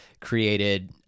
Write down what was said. created